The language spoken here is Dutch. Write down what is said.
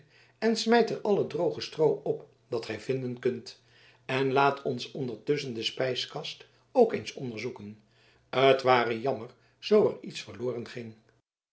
en smijt er al het droge stroo op dat gij vinden kunt en laat ons ondertusschen de spijskast ook eens onderzoeken t ware jammer zoo er iets verloren ging